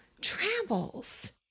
travels